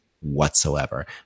whatsoever